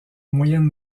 moyenne